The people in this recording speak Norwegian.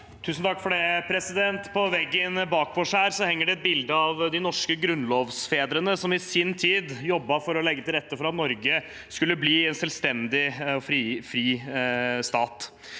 Lund (R) På veggen bak oss henger det et bilde av de norske grunnlovsfedrene, som i sin tid jobbet for å legge til rette for at Norge skulle bli en selvstendig og fri stat.